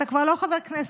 אתה כבר לא חבר כנסת,